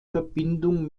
verbindung